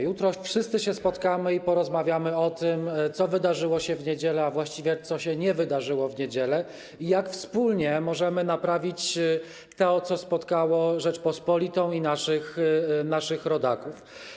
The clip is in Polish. Jutro wszyscy się spotkamy i porozmawiamy o tym, co wydarzyło się w niedzielę, a właściwie co nie wydarzyło się w niedzielę i jak wspólnie możemy naprawić to, co spotkało Rzeczpospolitą i naszych rodaków.